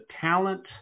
talent